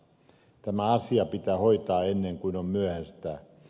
tämä asia pitää hoitaa ennen kuin on myöhäistä